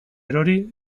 erori